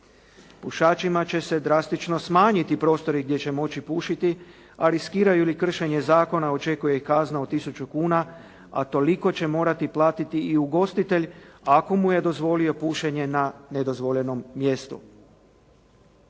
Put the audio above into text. Pušačima će se drastično smanjiti prostori gdje će moći pušiti, a riskiraju i kršenje zakona očekuje ih kazna od tisuću kuna, a toliko će morati platiti i ugostitelj, ako mu je dozvoli pušenje na nedozvoljenom mjestu.